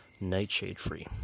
nightshade-free